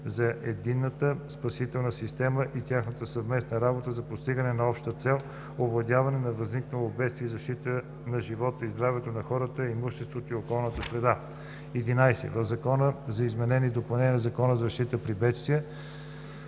на единната спасителна система и тяхната съвместна работа за постигането на общата цел – овладяване на възникнало бедствие и защита на живота и здравето на хората, имуществото и околната среда.“ 11. В Закона за изменение и допълнение на Закона за защита при бедствия